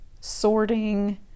sorting